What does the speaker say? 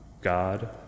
God